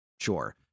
sure